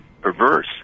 perverse